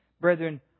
Brethren